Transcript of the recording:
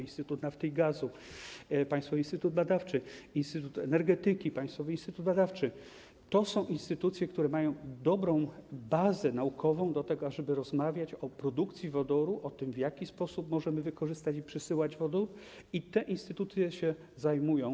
Instytut Nafty i Gazu - Państwowy Instytut Badawczy, Instytut Energetyki - Instytut Badawczy to są instytucje, które mają dobrą bazę naukową do tego, ażeby rozmawiać o produkcji wodoru, o tym, w jaki sposób możemy wykorzystywać i przesyłać wodór, te instytucje tym się zajmują.